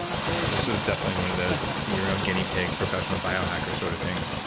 this was definitely one of those be your own guinea pig professional biohacker sort of things.